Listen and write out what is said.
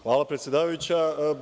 Hvala predsedavajuća.